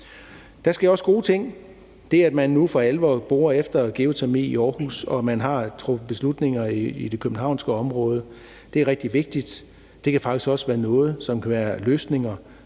Der sker også gode ting. Det, at man nu for alvor borer efter geotermi i Aarhus og man har truffet beslutninger i det københavnske område, er rigtig vigtigt. Det kan faktisk også være løsninger, som kan gennemføres